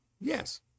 yes